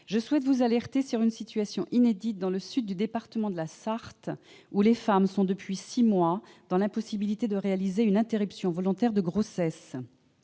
je souhaite vous alerter sur une situation inédite dans le sud du département de la Sarthe : depuis six mois, les femmes y sont dans l'impossibilité de réaliser une interruption volontaire de grossesse.